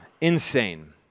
insane